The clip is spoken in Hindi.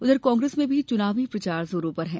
उधर कांग्रेस में भी चुनावी प्रचार जोरों पर है